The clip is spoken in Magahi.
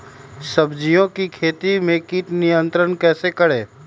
सब्जियों की खेती में कीट नियंत्रण कैसे करें?